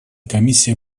комиссия